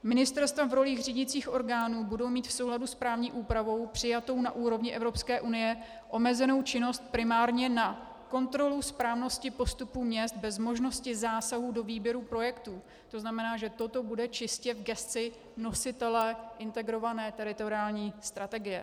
Ministerstva v roli řídicích orgánů budou mít v souladu s právní úpravou přijatou na úrovni Evropské unie činnost omezenou primárně na kontrolu správnosti postupů měst bez možnosti zásahu do výběru projektů, to znamená, že to bude čistě v gesci nositele integrované teritoriální strategie.